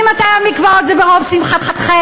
ממתי המקוואות הם בראש שמחתכם?